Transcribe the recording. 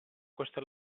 questo